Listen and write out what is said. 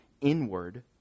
inward